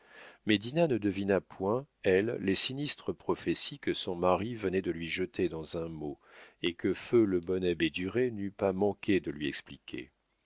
ne devina point elle les sinistres prophéties que son mari venait de lui jeter dans un mot et que feu le bon abbé duret n'eût pas manqué de lui expliquer